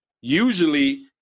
usually